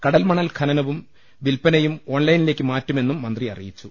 കടൽ മണൽഖനനവും വില്പനയും ഓൺലൈനിലേക്ക് മാറ്റുമെന്നും മന്ത്രി അറി യിച്ചു